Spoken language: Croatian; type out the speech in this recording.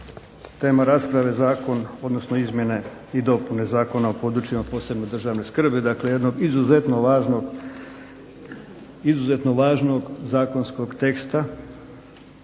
Nema rasprave zakon, odnosno izmjene i dopune Zakona o područjima od posebne državne skrbi, dakle jednog izuzetno važnog zakonskog teksta